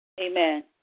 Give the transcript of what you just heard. Amen